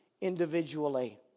individually